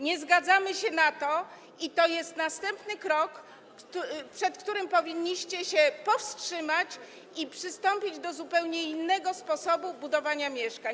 Nie zgadzamy się na to i to jest następny krok, przed którym powinniście się powstrzymać i przystąpić do zupełnie innego sposobu budowania mieszkań.